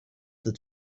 the